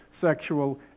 sexual